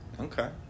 Okay